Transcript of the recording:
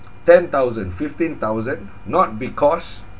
ten thousand fifteen thousand not because